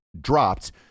dropped